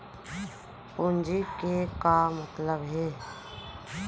पूंजी के का मतलब हे?